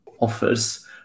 offers